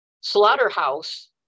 slaughterhouse